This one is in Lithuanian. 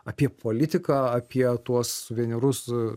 apie politiką apie tuos suvenyrus